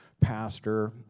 pastor